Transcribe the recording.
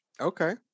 okay